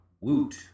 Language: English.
Woot